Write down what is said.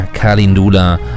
Kalindula